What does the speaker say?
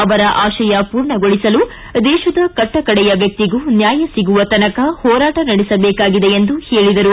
ಅವರ ಆಶಯ ಮೂರ್ಣಗೊಳಿಸಲು ದೇಶದ ಕಟ್ಟಕಡೆಯ ವ್ಯಕ್ತಿಗೂ ನ್ಯಾಯ ಸಿಗುವ ತನಕ ಹೋರಾಟ ನಡೆಸಬೇಕಾಗಿದೆ ಎಂದರು